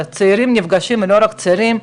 הצעירים וגם לא רק הצעירים,